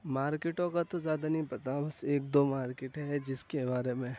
مارکیٹوں کا تو زیادہ نہیں پتا بس ایک دو مارکیٹیں ہیں جس کے بارے میں